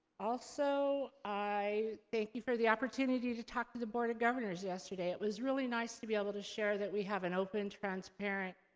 also, i thank you for the opportunity to talk to the board of governors yesterday. it was really nice to be able to share that we have an open, transparent,